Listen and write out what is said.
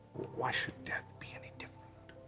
why should death be any different?